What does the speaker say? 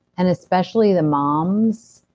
and especially the moms.